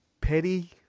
Petty